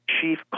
chief